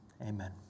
Amen